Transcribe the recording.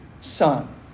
son